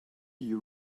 you